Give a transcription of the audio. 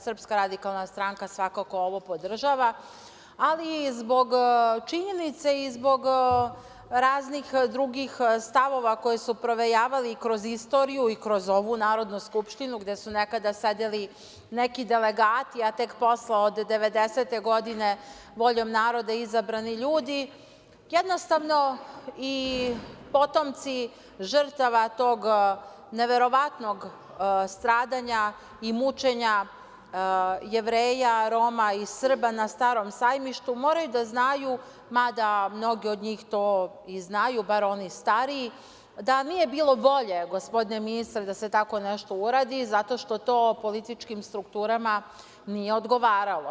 Srpska radikalna stranka svakako ovo podržava, ali i zbog činjenica i zbog raznih drugih stavova koji su provejavali kroz istoriju i kroz ovu Narodnu skupštinu, gde su nekada sedeli neki delegati, a tek posle od devedesete godine voljom naroda izabrani ljudi, jednostavno i potomci žrtava tog neverovatnog stradanja i mučenja Jevreja, Roma i Srba na Starom Sajmištu, moraju da znaju, mada mnogi od njih to i znaju, bar oni stariji, da nije bilo bolje, gospodine ministre, da se tako nešto uradi, zato što to u političkim strukturama nije odgovaralo.